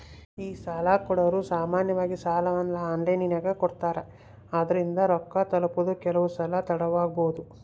ಈ ಸಾಲಕೊಡೊರು ಸಾಮಾನ್ಯವಾಗಿ ಸಾಲವನ್ನ ಆನ್ಲೈನಿನಗೆ ಕೊಡುತ್ತಾರೆ, ಆದುದರಿಂದ ರೊಕ್ಕ ತಲುಪುವುದು ಕೆಲವುಸಲ ತಡವಾಬೊದು